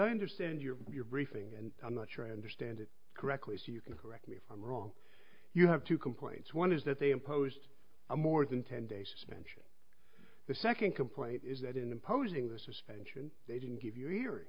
i understand your briefing and i'm not sure i understand it correctly so you can correct me if i'm wrong you have two complaints one is that they imposed a more than ten day suspension the second complaint is that in imposing the suspension they didn't give you